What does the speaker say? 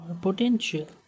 potential